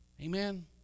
Amen